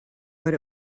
but